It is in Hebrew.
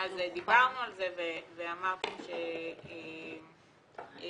דיברנו על זה ואמרתם שתהיה